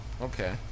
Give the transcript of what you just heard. Okay